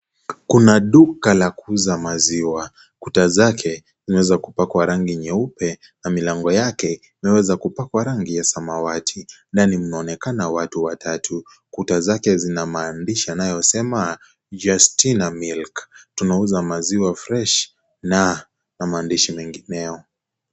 Kuna duka la kuuza maziwa, kuta zake zimeweza kupakwa rangi nyeupe na milango yake imeweza kupakwa rangi ya samawati. Ndani mnaonekana watu watatu, kuta zake zina maandishi yanayosema YUSTINA MILK, tunauza maziwa (CS)fresh(CS )na maandishi mengineo.